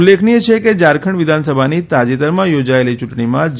ઉલ્લેખનીય છે કે ઝારખંડ વિધાનસભાની તાજેતરમાં યોજાયેલી યૂંટણીમાં જે